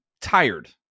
tired